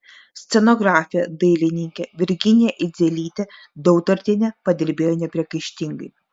scenografė dailininkė virginija idzelytė dautartienė padirbėjo nepriekaištingai